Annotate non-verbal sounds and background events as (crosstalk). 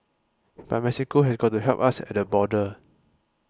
(noise) but Mexico has got to help us at the border